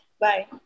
Bye